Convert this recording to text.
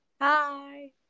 Hi